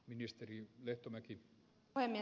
aivan kuten ed